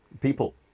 people